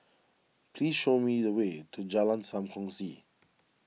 please show me the way to Jalan Sam Kongsi